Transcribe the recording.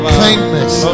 kindness